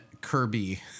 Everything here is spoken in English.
Kirby